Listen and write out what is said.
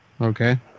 Okay